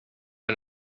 and